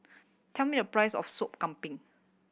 tell me the price of Soup Kambing